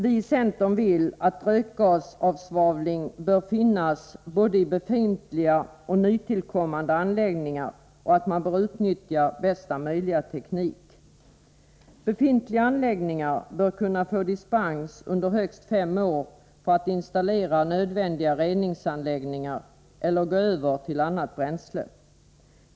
Vi i centern anser att rökgasavsvavling bör finnas i både befintliga och nytillkommande anläggningar, att bästa möjliga teknik bör utnyttjas och att befintliga anläggningar bör kunna få dispens under högst fem år för att installera nödvändiga reningsanläggningar eller gå över till annat bränsle.